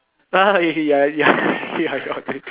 ah ya ya ya ya your that